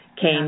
came